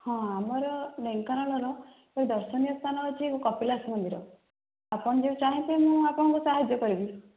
ହଁ ଆମର ଢେଙ୍କାନାଳର ଯେଉଁ ଦର୍ଶନୀୟ ସ୍ଥାନ ଅଛି କପିଳାସ ମନ୍ଦିର ଆପଣ ଯଦି ଚାହିଁବେ ମୁଁ ଆପଣଙ୍କୁ ସାହାଯ୍ୟ କରିବି